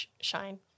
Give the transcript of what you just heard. Shine